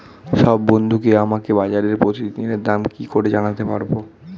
সব বন্ধুকে আমাকে বাজারের প্রতিদিনের দাম কি করে জানাতে পারবো?